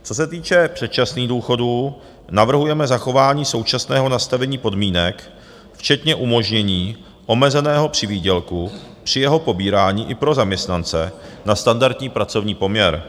Co se týče předčasných důchodů, navrhujeme zachování současného nastavení podmínek včetně umožnění omezeného přivýdělku při jeho pobírání i pro zaměstnance na standardní pracovní poměr.